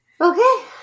Okay